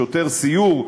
שוטר סיור,